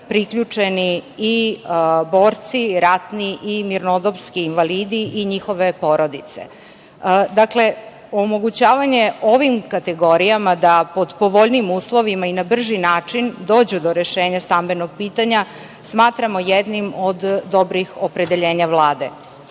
priključeni i borci, ratni i mirnodopski invalidi i njihove porodice. Omogućavanje ovim kategorijama da pod povoljnijim uslovima i na brži način dođu do rešenja stambenog pitanja smatramo jednim od dobrih opredeljenja